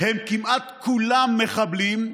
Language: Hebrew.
כמעט כולם מחבלים,